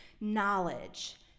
knowledge